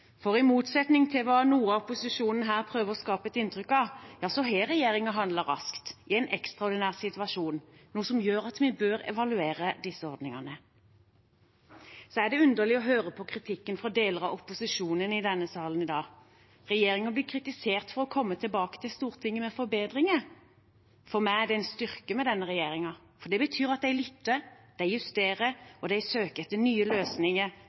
for i motsetning til hva noe av opposisjonen prøver å skape et inntrykk av, har regjeringen handlet raskt i en ekstraordinær situasjon, noe som gjør at vi bør evaluere disse ordningene. Så er det underlig å høre på kritikken fra deler av opposisjonen i denne salen i dag. Regjeringen blir kritisert for å komme tilbake til Stortinget med forbedringer. For meg er det en styrke med denne regjeringen, for det betyr at en lytter, en justerer, og en søker etter nye løsninger